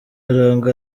aranga